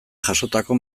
jasotako